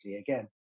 again